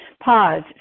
Pause